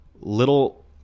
little